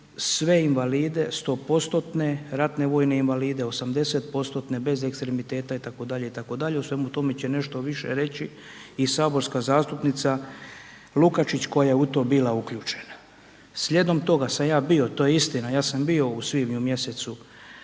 sve invalide 100%-tne, ratne vojne invalide, 80%-tne, bez ekstremiteta itd., itd., o svemu tome će nešto više reći i saborska zastupnica Lukačić koja je u to bila uključena. Slijedom toga sam ja bio, to je istina, ja sam bio u svibnju mjesecu,